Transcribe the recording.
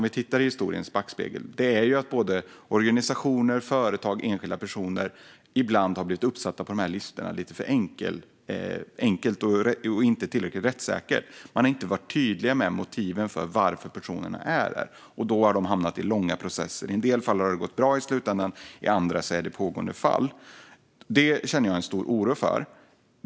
I historiens backspegel kan vi se att både organisationer, företag och enskilda personer ibland har blivit uppsatta på de här listorna lite för enkelt och inte tillräckligt rättssäkert. Man har inte varit tydlig med motiven till att personerna är där, och då har de hamnat i långa processer. I en del fall har det gått bra i slutändan; andra fall pågår fortfarande. Detta känner jag en stor oro inför.